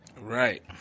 right